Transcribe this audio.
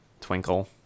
Twinkle